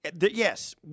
Yes